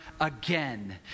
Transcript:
again